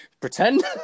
Pretend